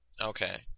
Okay